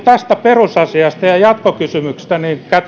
tästä perusasiasta lähdetään ja jatkokysymyksissä